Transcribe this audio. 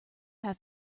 have